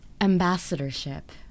ambassadorship